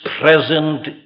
present